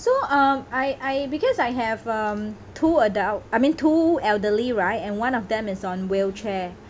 so um I I because I have um two adult I mean two elderly right and one of them is on wheelchair